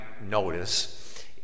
notice